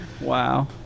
Wow